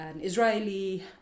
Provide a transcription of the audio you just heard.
Israeli